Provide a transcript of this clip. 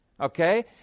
okay